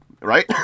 right